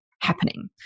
happening